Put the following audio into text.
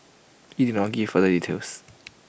IT did not give further details